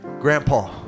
grandpa